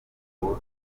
bwo